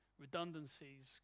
redundancies